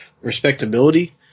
respectability